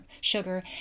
sugar